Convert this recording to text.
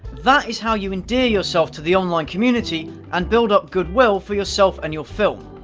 that is how you endear yourself to the online community, and build up good will for yourself and your film.